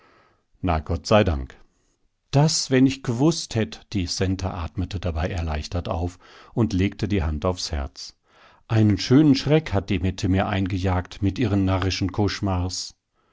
na gott sei dank das wenn ich gewußt hätt die centa atmete dabei erleichtert auf und legte die hand aufs herz einen schönen schreck hat die mette mir eingejagt mit ihren